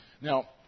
Now